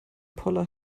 poller